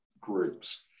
groups